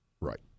right